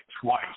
twice